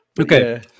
Okay